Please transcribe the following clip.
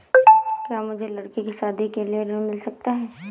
क्या मुझे लडकी की शादी के लिए ऋण मिल सकता है?